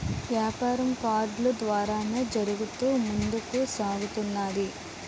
యాపారం కార్డులు ద్వారానే జరుగుతూ ముందుకు సాగుతున్నది